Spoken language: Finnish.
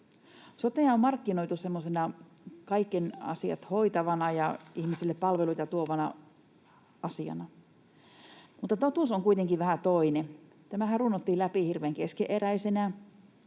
Sotea on markkinoitu semmoisena kaikki asiat hoitavana ja ihmisille palveluita tuovana asiana, mutta totuus on kuitenkin vähän toinen. Tämähän runnottiin läpi hirveän keskeneräisenä.